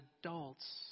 adults